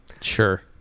Sure